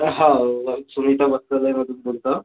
हो मॅम सुनिता वस्त्रालयमधून बोलत आहे